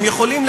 הם יכולים,